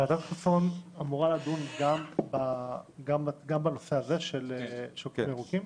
ועדת ששון אמורה לדון גם בנושא הזה של הגופים הירוקים?